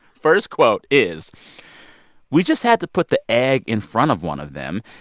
first quote is we just had to put the egg in front of one of them,